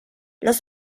los